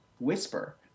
whisper